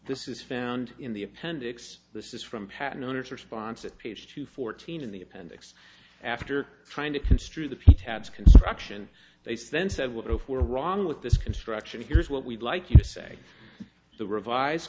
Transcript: this is found in the appendix this is from patent owners response at page two fourteen in the appendix after trying to construe the p tabs construction they then said well if we're wrong with this construction here's what we'd like you to say the revised